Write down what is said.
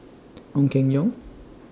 Ong Keng Yong